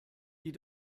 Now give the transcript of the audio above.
die